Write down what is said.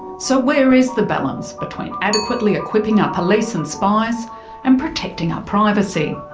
so where is the balance between adequately equipping our police and spies and protecting our privacy?